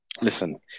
Listen